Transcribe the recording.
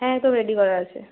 হ্যাঁ একদম রেডি করা আছে